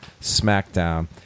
smackdown